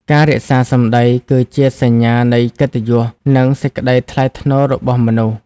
ការរក្សាសម្ដីគឺជាសញ្ញានៃកិត្តិយស និងសេចក្ដីថ្លៃថ្នូររបស់មនុស្ស។